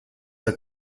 are